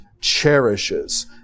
cherishes